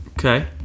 Okay